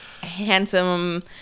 handsome